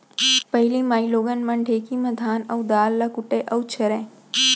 पहिली माइलोगन मन ढेंकी म धान अउ दार ल कूटय अउ छरयँ